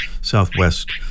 southwest